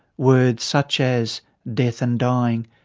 words such as death and dying,